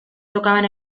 tocaban